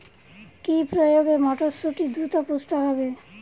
কি প্রয়োগে মটরসুটি দ্রুত পুষ্ট হবে?